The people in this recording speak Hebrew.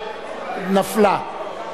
נפלה.